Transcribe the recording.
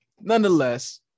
nonetheless